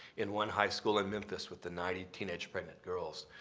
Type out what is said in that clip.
in one high school in memphis, with the ninety teenage pregnant girls,